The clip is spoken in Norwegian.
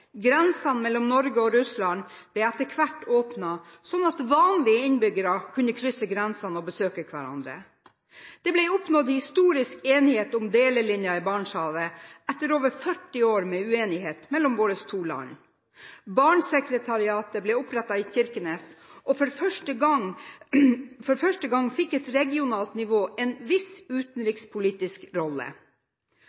Grensene mellom Norge og Russland ble etter hvert åpnet, slik at vanlige innbyggere kunne krysse grensene og besøke hverandre. Det ble oppnådd en historisk enighet om delelinjen i Barentshavet etter over 40 år med uenighet mellom våre to land. Barentssekretariatet ble opprettet i Kirkenes, og for første gang fikk et regionalt nivå en viss